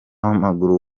w’amaguru